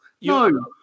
No